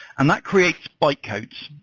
and that creates bytecodes.